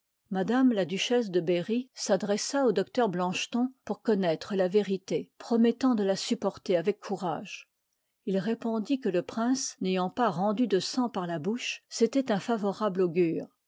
m là duchesse de berry s'adressa au docteur blancheton pour connoître la yc h part rite promettant de la supporter avec cou s ïrit rage il répondit que le prince n'ayant pas rendu de sang par la bouche c'étoit un favorable augure